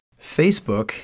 Facebook